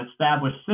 established